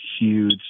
huge